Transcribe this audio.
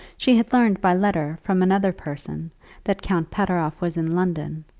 she had learned by letter from another person that count pateroff was in london,